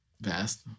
vast